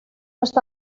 està